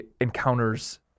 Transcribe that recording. encounters